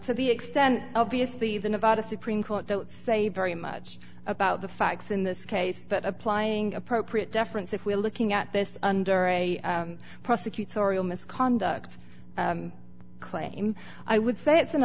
to the extent obviously even about a supreme court to say very much about the facts in this case but applying appropriate deference if we're looking at this under a prosecutorial misconduct claim i would say it's an